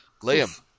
Liam